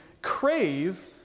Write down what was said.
crave